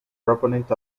proponent